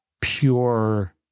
pure